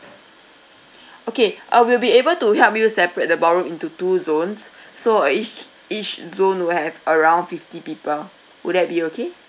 okay uh we will be able to help you separate the ballroom into two zones so each each zone will have around fifty people will that be okay